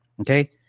Okay